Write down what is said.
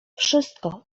wszystko